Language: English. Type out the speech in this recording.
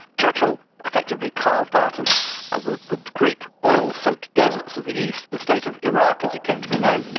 churchill effectively carved out of of the the great oil-soaked deserts of the east, the state of iraq, as it came to be known,